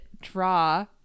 draw